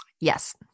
yes